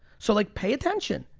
so like pay attention,